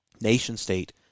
nation-state